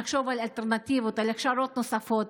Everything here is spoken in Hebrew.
נחשוב על אלטרנטיבות, על הכשרות נוספות.